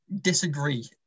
disagree